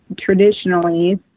traditionally